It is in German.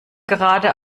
gerade